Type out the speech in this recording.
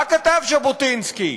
מה כתב ז'בוטינסקי?